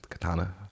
Katana